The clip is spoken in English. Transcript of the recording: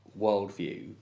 worldview